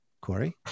Corey